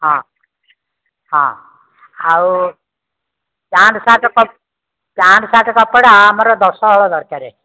ହଁ ହଁ ଆଉ ପ୍ୟାଣ୍ଟ ସାର୍ଟ କପ ପ୍ୟାଣ୍ଟ ସାର୍ଟ କପଡ଼ା ଆମର ଦଶ ହଳ ଦରକାର